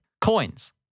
Coins